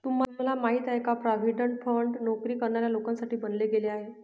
तुम्हाला माहिती आहे का? प्रॉव्हिडंट फंड नोकरी करणाऱ्या लोकांसाठी बनवले गेले आहे